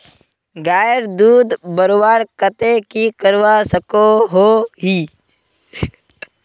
गायेर दूध बढ़वार केते की करवा सकोहो ही?